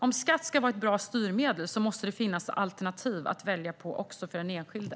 Om skatt ska vara ett bra styrmedel måste det finnas alternativ att välja på för den enskilde.